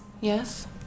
yes